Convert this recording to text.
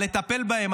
על לטפל בהן,